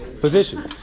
position